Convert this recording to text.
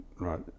right